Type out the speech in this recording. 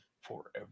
forever